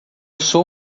sou